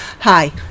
Hi